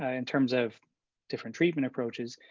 ah in terms of different treatment approaches,